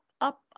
up